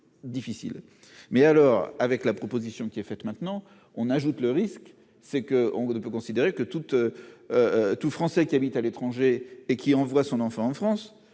difficile mais alors avec la proposition qui est faite, maintenant on ajoute le risque c'est que on ne peut considérer que toute tout Français qui habitent à l'étranger et qui envoie son enfant en France